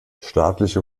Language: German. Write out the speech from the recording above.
staatliche